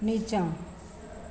नीचाँ